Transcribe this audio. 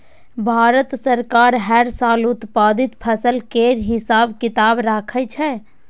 भारत सरकार हर साल उत्पादित फसल केर हिसाब किताब राखै छै